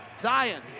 Zion